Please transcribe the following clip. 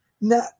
No